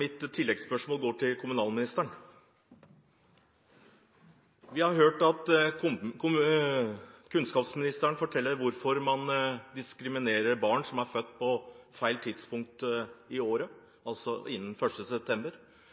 Mitt oppfølgingsspørsmål går til kommunalministeren. Vi har hørt kunnskapsministeren fortelle hvorfor man diskriminerer barn som er født på feil tidspunkt i året, altså etter 1. september.